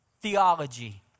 theology